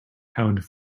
pound